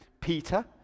Peter